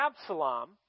Absalom